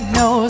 no